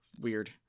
Weird